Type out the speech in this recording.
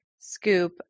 Scoop